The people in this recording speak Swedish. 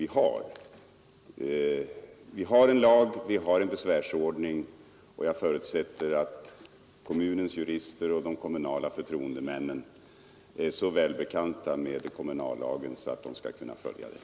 Vi har en lag, och vi har en besvärsordning, och jag förutsätter att kommunernas jurister och de kommunala förtroendemännen är så väl förtrogna med kommunallagen att de kan följa den.